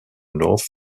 north